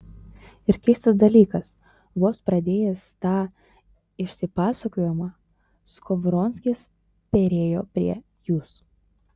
ir keistas dalykas vos pradėjęs tą išsipasakojimą skovronskis perėjo prie jūs